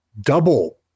double –